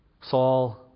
Saul